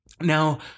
Now